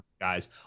guys